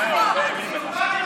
חברת הכנסת גילה גמליאל.